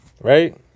right